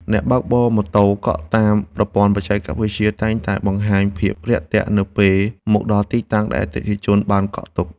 អ្នកបើកបរម៉ូតូកក់តាមប្រព័ន្ធបច្ចេកវិទ្យាតែងតែបង្ហាញភាពរាក់ទាក់ នៅពេលមកដល់ទីតាំងដែលអតិថិជនបានកក់ទុក។